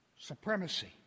Supremacy